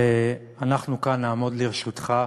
ואנחנו כאן נעמוד לרשותך,